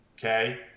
Okay